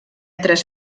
tres